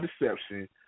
deception